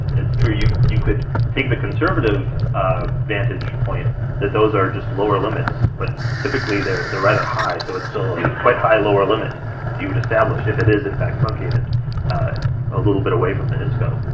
it's true you you could take the conservative ah vantage point that those are just lower limits, but typically they're they're rather high, so it's still quite high lower limit you would establish if it is in fact truncated a little bit away from the isco.